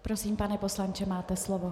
Prosím, pane poslanče, máte slovo.